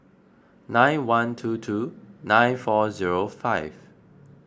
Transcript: nine one two two nine four zero five